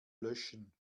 löschen